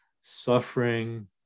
suffering